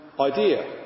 Idea